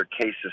cases